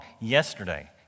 Yesterday